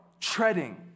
treading